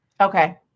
Okay